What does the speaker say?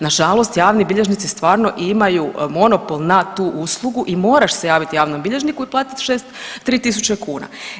Nažalost javni bilježnici stvarno imaju monopol na tu uslugu i moraš se javiti javnom bilježniku i platiti 6, 3 tisuće kuna.